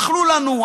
אכלו לנו,